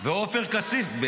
כי הוא גזען.